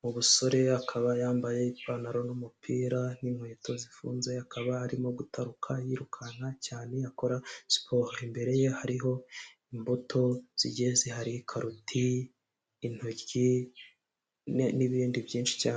mu busore, akaba yambaye ipantaro n'umupira n'inkweto zifunze, akaba arimo gutaruka yirukanaka cyane, akora siporo. Imbere ye hariho imbuto zigiye zihari karoti, intoryi, n'ibindi byinshi cyane.